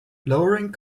lowering